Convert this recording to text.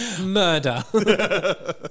Murder